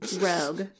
rogue